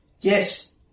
Yes